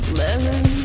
leather